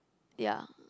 ya